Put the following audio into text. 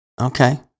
Okay